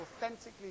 authentically